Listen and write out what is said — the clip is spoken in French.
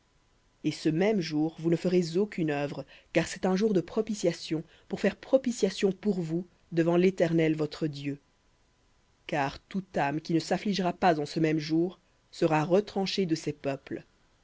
et ce même jour vous ne ferez aucune œuvre car c'est un jour de propitiation pour faire propitiation pour vous devant l'éternel votre dieu car toute âme qui ne s'affligera pas en ce même jour sera retranchée de ses peuples